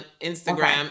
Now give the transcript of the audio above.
Instagram